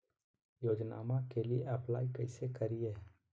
योजनामा के लिए अप्लाई कैसे करिए?